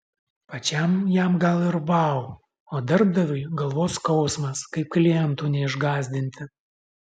pačiam jam gal ir vau o darbdaviui galvos skausmas kaip klientų neišgąsdinti